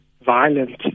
violent